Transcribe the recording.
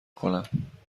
کنم